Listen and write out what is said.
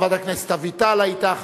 חברת הכנסת אביטל היתה,